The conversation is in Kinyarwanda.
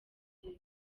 stage